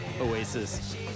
Oasis